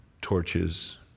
Torches